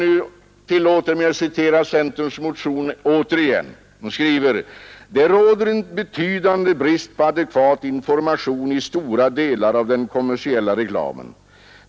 Jag tillåter mig att återigen citera centerns motion: ”Såsom reklamutredningen och ett flertal remissinstanser påtalat råder det en betydande brist på adekvat information i stora delar av den kommersiella reklamen.